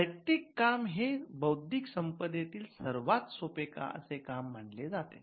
साहित्यिक काम हे बौद्धिक संपदेतील सर्वात सोपे असे काम मानले जाते